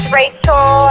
rachel